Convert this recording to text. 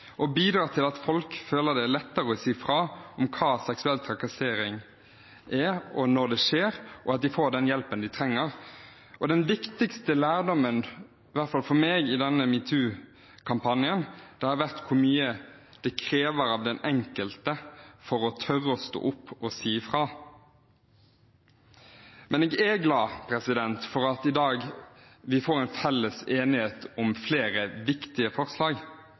bidra til at folk føler det er lettere å si fra om hva seksuell trakassering er, og når det skjer, og at de får den hjelpen de trenger. Den viktigste lærdommen, i hvert fall for meg, i denne metoo-kampanjen har vært hvor mye det krever av den enkelte å tørre å stå opp og si fra. Jeg er glad for at vi i dag får en felles enighet om flere viktige forslag,